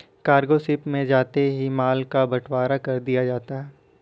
cargo ship में जाते ही माल का बंटवारा कर दिया जाता है